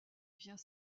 vient